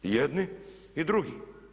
I jedni i drugi.